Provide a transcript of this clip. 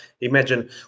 imagine